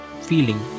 feeling